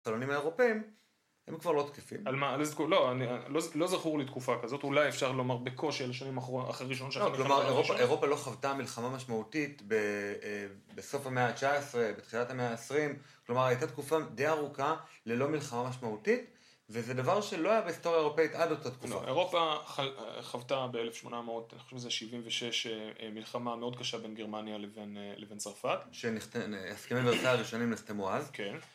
חילונים האירופאים, הם כבר לא תקפים. על מה? על איזה תקופה? לא, לא זכור לי תקופה כזאת. אולי אפשר לומר בקושי על השנים אחרי ראשון ש... לא, כלומר, אירופה לא חוותה מלחמה משמעותית בסוף המאה ה-19, בתחילת המאה ה-20. כלומר, הייתה תקופה די ארוכה ללא מלחמה משמעותית, וזה דבר שלא היה בהיסטוריה אירופאית עד אותה תקופה. לא, אירופה חוותה ב-1800, אני חושב שזה ה-76, מלחמה מאוד קשה בין גרמניה לבין צרפת. שהסכמיי וורסי הראשונים נחתמו אז. כן.